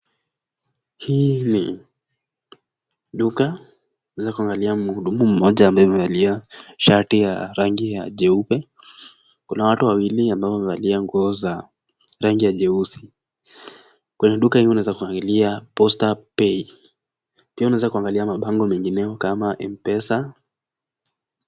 Hii ni duka, unaeza kuangalia mhudumu mmoja ambaye amevalia shati ya rangi ya jeupe. Kuna watu wawili ambao wamevalia nguo za rangi ya jeusi. Kwenye duka hii unaeza kuangalia Posta Pay. Pia unaeza kuangalia mabango mengine kama M-PESA.